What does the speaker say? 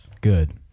Good